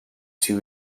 too